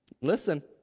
Listen